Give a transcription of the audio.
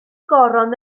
goron